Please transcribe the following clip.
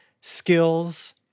skills